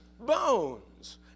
bones